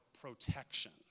protection